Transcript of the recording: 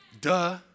Duh